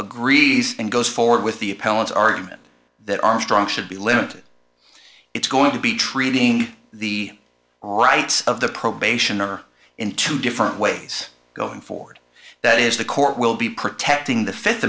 agrees and goes forward with the appellate argument that armstrong should be limited it's going to be treating the rights of the probationer in two different ways going forward that is the court will be protecting the fifth